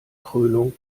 krönung